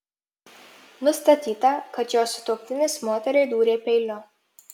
nustatyta kad jos sutuoktinis moteriai dūrė peiliu